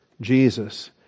Jesus